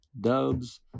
Dubs